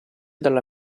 dalla